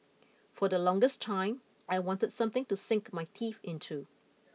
for the longest time I wanted something to sink my teeth into